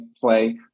play